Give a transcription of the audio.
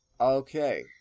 Okay